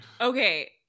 Okay